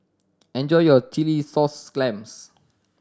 enjoy your chilli sauce clams